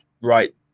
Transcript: right